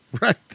right